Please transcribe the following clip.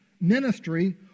ministry